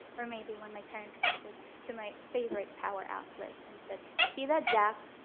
or maybe when my parents pointed to my favorite power outlet and said, you see that zap?